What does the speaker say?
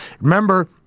remember –